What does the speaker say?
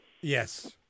Yes